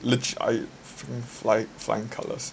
lit~ I fl~ flying flying colours